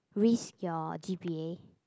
risk your G_P_A